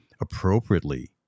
appropriately